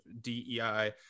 dei